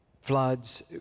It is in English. Floods